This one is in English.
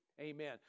Amen